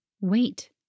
Wait